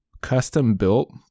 custom-built